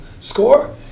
score